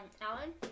Alan